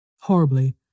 Horribly